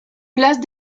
place